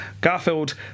Garfield